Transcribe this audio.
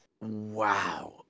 Wow